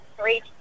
three